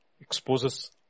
Exposes